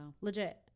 legit